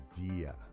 idea